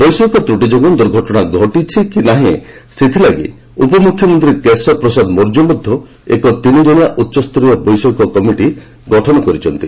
ବୈଷୟିକ ତ୍ରଟି ଯୋଗୁଁ ଦୁର୍ଘଟଣା ଘଟିଛି କି ନାହିଁ ସେଥିଲାଗି ଉପମୁଖ୍ୟମନ୍ତ୍ରୀ କେଶବ ପ୍ରସାଦ ମୌର୍ଯ୍ୟ ମଧ୍ୟ ଏକ ତିନିଜଣିଆ ଉଚ୍ଚସ୍ତରୀୟ ବୈଷୟିକ କମିଟି ଗଠନ କରିଛନ୍ତି